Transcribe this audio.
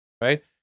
right